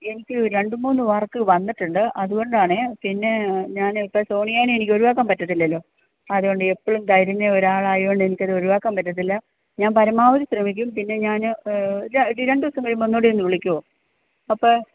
എനിക്ക് രണ്ട് മൂന്ന് വര്ക്ക് വന്നിട്ടുണ്ട് അതുകൊണ്ട് ആണ് പിന്നെ ഞാൻ ഇപ്പം സോണിയയെ എനിക്ക് ഒഴിവാക്കാന് പറ്റത്തില്ലല്ലോ അതുകൊണ്ട് എപ്പോഴും തരുന്ന ഒരാളായതുകൊണ്ട് എനിക്ക് അത് ഒഴിവാക്കാന് പറ്റത്തില്ല ഞാന് പരമാവധി ശ്രമിക്കും പിന്നെ ഞാൻ ഒരു രണ്ടു ദിവസം കഴിയുമ്പം ഒന്നു കൂടെ ഒന്നു വിളിക്കുമോ അപ്പം ആ